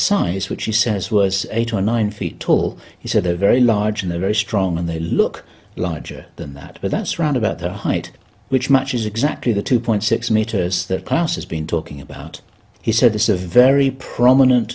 size which he says was eight or nine feet tall he said a very large and a very strong and they look larger than that but that's round about their height which matches exactly the two point six meters that class has been talking about he said this is a very prominent